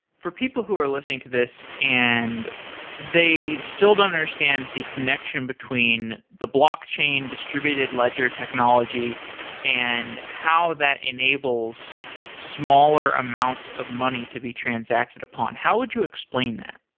for people who are listening to this and they still don't understand the connection between the block chain distributed ledger technology and how that enables smaller amounts of money to be transacted upon. how would you explain that?